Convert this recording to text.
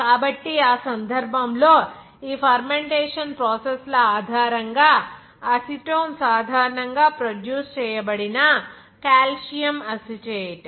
కాబట్టి ఆ సందర్భంలో ఈ ఫెర్మెంటేషన్ ప్రాసెస్ ల ఆధారంగా అసిటోన్ సాధారణంగా ప్రొడ్యూస్ చేయబడిన కాల్షియం అసిటేట్